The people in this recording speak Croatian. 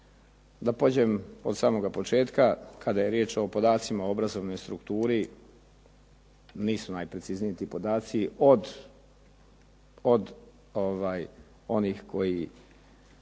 Da pođem od samoga početka kada je riječ o podacima obrazovnoj strukturi nisu najprecizniji ti podaci. Od onih koji